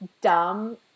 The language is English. dumb